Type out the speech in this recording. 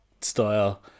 style